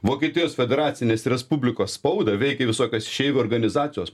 vokietijos federacinės respublikos spaudą veikė visokios išeivių organizacijos